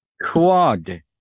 Quad